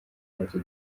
cote